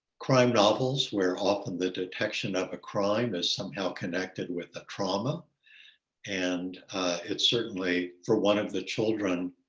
crime novels where often the detection of a crime is somehow connected with a trauma and it certainly for one of the children,